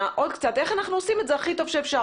עוד קצת איך אנחנו עושים את זה הכי טוב שאפשר.